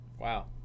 Wow